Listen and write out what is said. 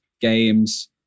games